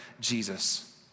Jesus